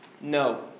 No